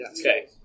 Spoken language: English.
Okay